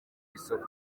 isoko